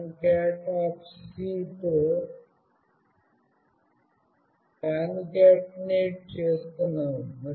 concat తో concatenate చేస్తున్నాము